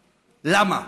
למה?